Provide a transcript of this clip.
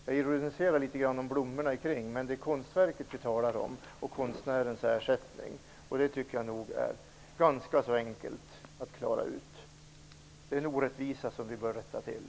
Jag ironiserade litet om omkringstående blommor, men vad vi här talar om är konstnärens ersättning, och den frågan är ganska enkel att lösa. Nuvarande ordning är orättvis och bör rättas till.